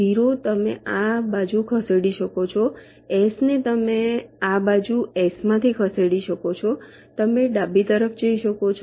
0 તમે આ બાજુ ખસેડી શકો છો S ને તમે આ બાજુ S માંથી ખસેડી શકો છો તમે ડાબી તરફ જઈ શકો છો